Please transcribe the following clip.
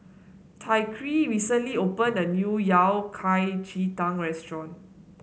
Tyreke recently opened a new Yao Cai Ji Tang restaurant